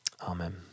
Amen